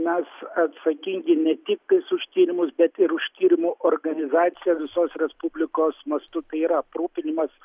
mes atsakingi ne tiktais už tyrimus bet ir už tyrimų organizaciją visos respublikos mastu tai yra aprūpinimas